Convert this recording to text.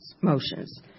motions